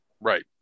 Right